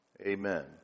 Amen